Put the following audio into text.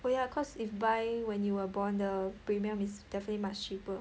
oh yeah cause if buy when you were born the premium is definitely much cheaper